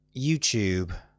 YouTube